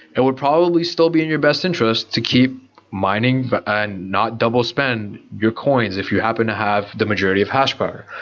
it would probably still be in your best interest to keep mining but and not double spend your coins if you happen to have the majority of hash power,